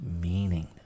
meaning